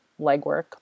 legwork